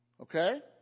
Okay